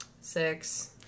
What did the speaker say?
Six